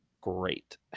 great